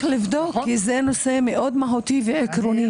לבדוק כי זה נושא מאוד מהותי ועקרוני,